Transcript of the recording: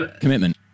Commitment